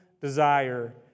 desire